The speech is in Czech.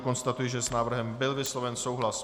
Konstatuji, že s návrhem byl vysloven souhlas.